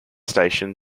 station